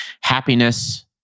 happiness